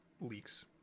leaks